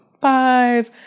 five